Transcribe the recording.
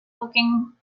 looking